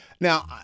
Now